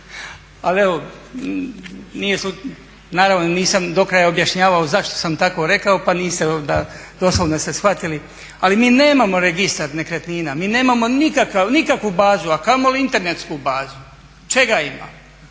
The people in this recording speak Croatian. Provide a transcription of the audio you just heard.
ali evo naravno nisam do kraja objašnjavao zašto sam tako rekao pa niste onda, doslovno ste shvatili. Ali mi nemamo registar nekretnina, mi nemamo nikakvu bazu a kamoli internetsku bazu. Čega imamo?